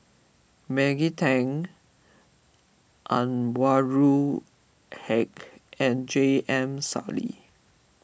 Maggie Teng Anwarul Haque and J M Sali